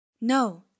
No